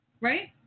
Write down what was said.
Right